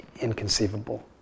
inconceivable